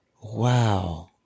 Wow